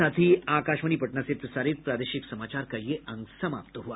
इसके साथ ही आकाशवाणी पटना से प्रसारित प्रादेशिक समाचार का ये अंक समाप्त हुआ